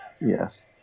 Yes